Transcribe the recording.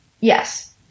Yes